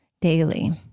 daily